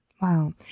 Wow